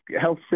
health